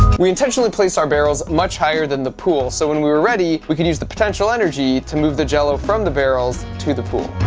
we intentionally placed our barrels much higher than the pool, so when we're ready, we can use the potential energy to move the jello from the barrels to the pool.